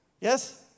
Yes